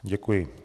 Děkuji.